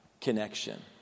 connection